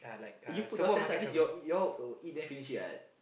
you put downstairs at least y'all y'all will eat then finish it what